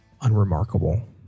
unremarkable